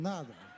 Nada